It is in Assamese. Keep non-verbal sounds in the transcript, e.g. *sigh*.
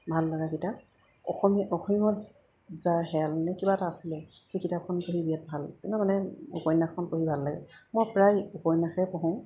ভাল লগা কিতাপ অসমীয়া অসীমত যাৰ হেৰাল নে কিবা এটা আছিলে সেই কিতাপখন পঢ়ি বিৰাট ভাল *unintelligible* মানে উপন্যাসখন পঢ়ি ভাল লাগে মই প্ৰায় উপন্যাসেই পঢ়োঁ